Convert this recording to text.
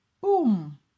boom